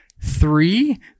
Three